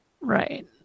Right